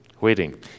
waiting